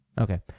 Okay